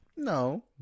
No